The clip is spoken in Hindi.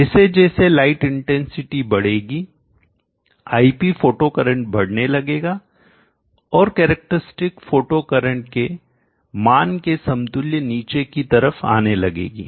जैसे जैसे लाइट इंटेंसिटी बढ़ेगी ip फोटो करंट बढ़ने लगेगा और कैरेक्टरस्टिक फोटो करंट के मान के समतुल्य नीचे की तरफ आने लगेगी